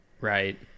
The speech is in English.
Right